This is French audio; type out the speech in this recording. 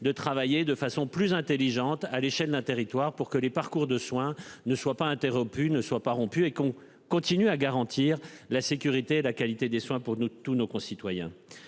de travailler de façon plus intelligente à l'échelle d'un territoire pour que les parcours de soins ne soit pas interrompu ne soit pas rompu et qu'on continue à garantir la sécurité et la qualité des soins pour nous tous nos concitoyens.